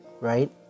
right